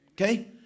okay